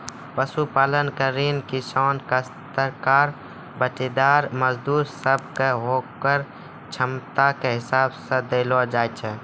पशुपालन के ऋण किसान, कास्तकार, बटाईदार, मजदूर सब कॅ होकरो क्षमता के हिसाब सॅ देलो जाय छै